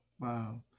Wow